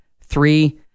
three